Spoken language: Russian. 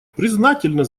признательна